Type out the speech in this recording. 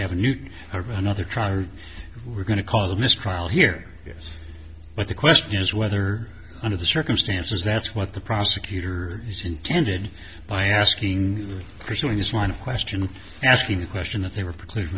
have a new case of another car we're going to call a mistrial here but the question is whether under the circumstances that's what the prosecutor is intended by asking pursuing this line of question asking the question if they were precluded